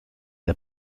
der